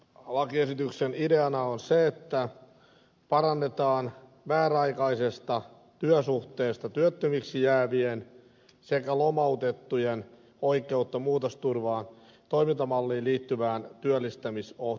tämän lakiesityksen ideana on se että parannetaan määräaikaisesta työsuhteesta työttömiksi jäävien sekä lomautettujen oikeutta muutosturvan toimintamalliin liittyvään työllistymisohjelmaan